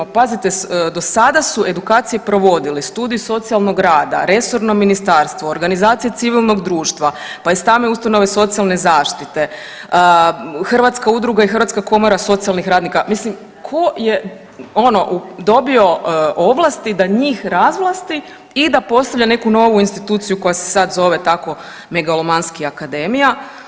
Pazite do sada su edukacije provodili studij socijalnog rada, resorno ministarstvo, organizacije civilnog društva, pa i same ustanove socijalne zaštite, Hrvatska udruga i Hrvatska komora socijalnih radnika, mislim tko je, ono dobio ovlasti da njih razvlasti i postavlja neku novu instituciju koja se sad zove tako megalomanski akademija.